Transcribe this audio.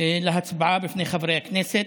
להצבעה בפני חברי הכנסת.